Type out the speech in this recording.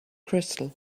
crystal